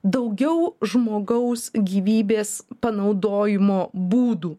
daugiau žmogaus gyvybės panaudojimo būdų